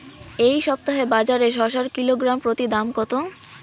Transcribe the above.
এই সপ্তাহে বাজারে শসার কিলোগ্রাম প্রতি দাম কত?